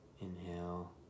Inhale